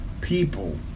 people